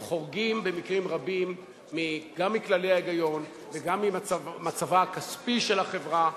הם חורגים במקרים רבים גם מכללי ההיגיון וגם ממצבה הכספי של החברה,